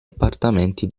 appartamenti